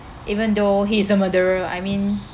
even though he is a murderer I mean